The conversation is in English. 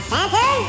Santa